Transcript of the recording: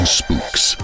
spooks